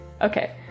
Okay